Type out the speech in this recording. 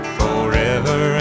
forever